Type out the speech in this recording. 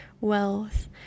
Wealth